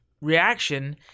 reaction